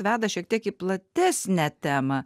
veda šiek tiek į platesnę temą